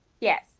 Yes